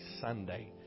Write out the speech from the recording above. Sunday